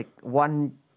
one